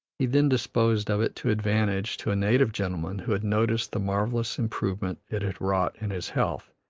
he then disposed of it to advantage to a native gentleman who had noted the marvellous improvement it had wrought in his health,